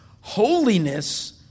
holiness